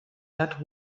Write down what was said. that